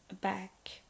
back